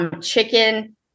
chicken